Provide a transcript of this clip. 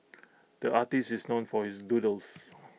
the artist is known for his doodles